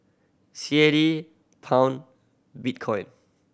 C A D Pound Bitcoin